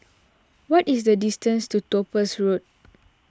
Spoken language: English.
what is the distance to Topaz Road